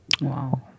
Wow